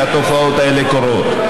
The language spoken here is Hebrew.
שהתופעות האלה קורות.